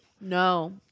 No